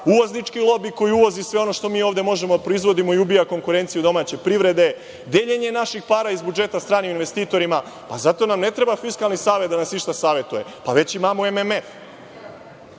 uvoznički lobi koji uvozi sve ono što mi ovde možemo da proizvodimo i ubija konkurenciju domaće privrede, deljenje naših para iz budžeta stranim investitorima? Za to nam ne treba Fiskalni savet da nas išta savetuje, već imamo MMF.To